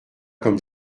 comme